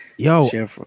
Yo